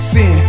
Sin